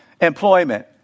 employment